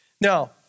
Now